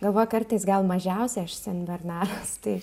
galvoju kartais gal mažiausiai aš senbernaras tai